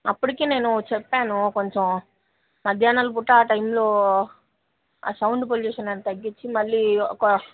అప్పుడికి నేను చెప్పాను కొంచెం మధ్యాహ్ననాల పూట ఆ టైమ్లో ఆ సౌండ్ పోల్ల్యూషన్ అది తగ్గించి మళ్ళీ ఒక